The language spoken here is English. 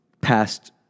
past